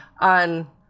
on